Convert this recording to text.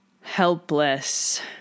helpless